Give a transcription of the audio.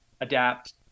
adapt